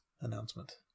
announcement